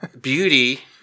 beauty